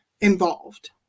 involved